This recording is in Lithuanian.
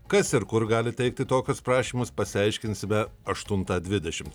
kas ir kur gali teikti tokius prašymus pasiaiškinsime aštuntą dvidešimt